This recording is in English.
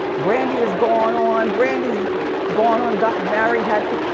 brandy has gone on, brandy's gone on, gotten married, had.